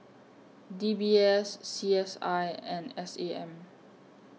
D B S C S I and S A M